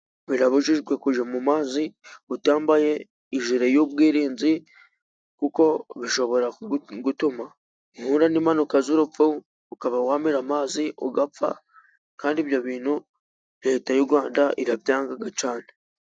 Birabujijwe kujya mu mazi utambaye ijire y'ubwirinzi，kuko bishobora gutuma uhura n'impanuka z'urupfu，ukaba wamira amazi ugapfa， kandi ibyo bintu Leta y'u Rwanda irabyanga cyane.